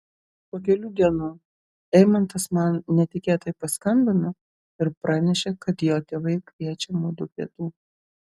po kelių dienų eimantas man netikėtai paskambino ir pranešė kad jo tėvai kviečia mudu pietų